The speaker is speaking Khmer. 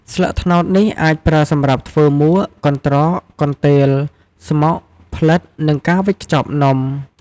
ស្លឹកត្នោតនេះអាចប្រើសម្រាប់ធ្វើមួក កន្ដ្រក កន្ទេល ស្មុក ផ្លិត និងការវេចខ្ចប់នំ។